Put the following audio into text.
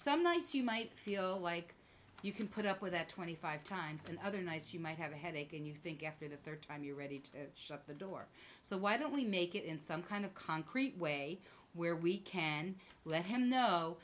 some nights you might feel like you can put up with that twenty five times and other nights you might have a headache and you think after the third time you're ready to shut the door so why don't we make it in some kind of concrete way where we can let him know